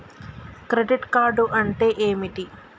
Credit card అంటే ఏమిటి?